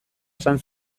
esan